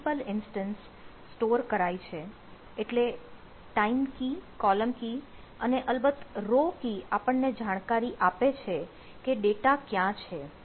store કરાય છે એટલે ટાઈમ કી કોલમ કી અને અલબત્ત રો કી આપણને જાણકારી આપે છે કે ડેટા ક્યાં છે